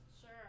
Sure